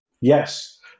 Yes